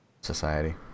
society